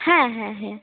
হ্যাঁ হ্যাঁ হ্যাঁ